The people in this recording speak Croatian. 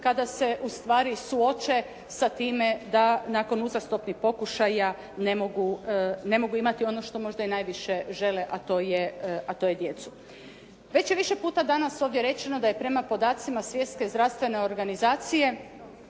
kada se ustvari suoče sa time da nakon uzastopnih pokušaja ne mogu imati ono što možda i najviše žele a to je djecu. Već je više puta danas ovdje rečeno da je prema podacima Svjetske zdravstvene organizacije